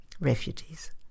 refugees